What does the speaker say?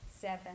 seven